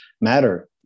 matter